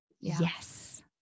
Yes